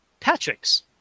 Patricks